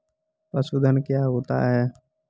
पशुधन क्या होता है?